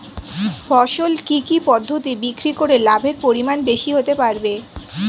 ফসল কি কি পদ্ধতি বিক্রি করে লাভের পরিমাণ বেশি হতে পারবে?